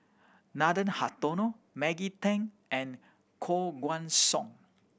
Nathan Hartono Maggie Teng and Koh Guan Song